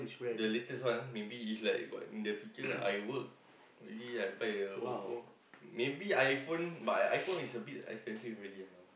the latest one maybe it's like I got in the future I work really I buy Oppo maybe iPhone but iPhone is a bit expensive already you know